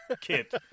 kit